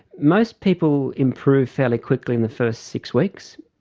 most people improve fairly quickly in the first six weeks,